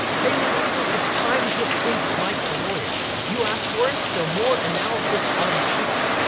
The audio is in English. hey legal eagles, it's time to think like lawyer. you asked for it so more analysis of suits.